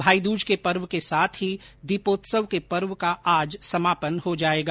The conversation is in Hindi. भाईदूज के पर्व के साथ ही दीपोत्सव के पर्व का आज समापन हो जाएगा